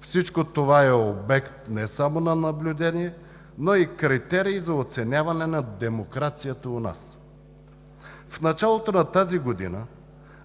Всичко това е обект не само на наблюдение, но и критерий за оценяване на демокрацията у нас. В началото на тази година